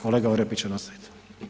Kolega Orepić će nastaviti.